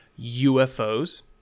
UFOs